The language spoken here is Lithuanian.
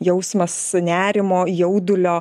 jausmas nerimo jaudulio